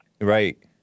Right